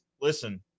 listen